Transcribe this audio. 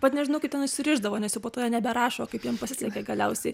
vat nežinau kaip ten išsirišdavo nes jau po to jie neberašo kaip jiem pasisekė galiausiai